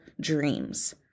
dreams